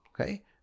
okay